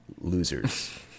losers